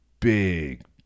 Big